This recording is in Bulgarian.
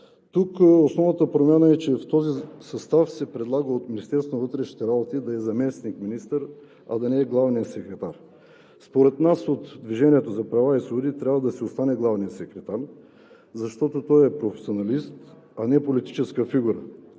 Тук основната промяна е, че в този състав се предлага от Министерството на вътрешните работи да е заместник министър, а да не е главният секретар. Според нас от „Движението за права и свободи“ трябва да си остане главният секретар, защото той е професионалист, а не политическа фигура.